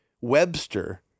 webster